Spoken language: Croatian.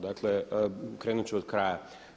Dakle krenut ću od kraja.